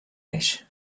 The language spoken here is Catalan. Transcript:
eix